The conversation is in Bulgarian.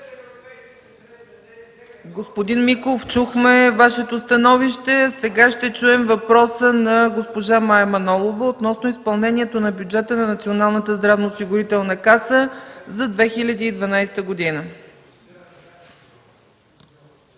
Господин Миков, чухме Вашето становище, а сега ще чуем въпроса на госпожа Мая Манолова относно изпълнението на бюджета на Националната здравноосигурителна каса за 2012 г.